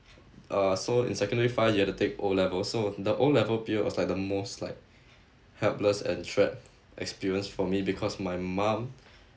uh so in secondary five you have to take O level so the O level period was like the most like helpless and trapped experience for me because my mom